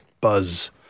buzz